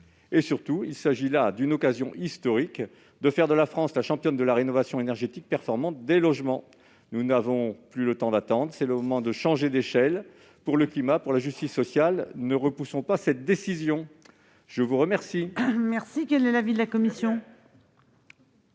Surtout, il s'agit là d'une occasion historique de faire de la France la championne de la rénovation énergétique performante des logements. Nous n'avons plus le temps d'attendre. Le moment est venu de changer d'échelle : pour le climat, pour la justice sociale, ne repoussons pas cette décision. Très bien ! Quel est l'avis de la commission